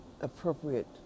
appropriate